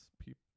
people